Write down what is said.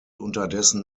unterdessen